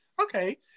Okay